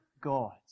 God